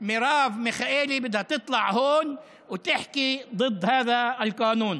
אף שהשרה מרב מיכאלי הולכת לעלות לפה ולדבר נגד החוק הזה.)